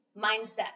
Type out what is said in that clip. mindset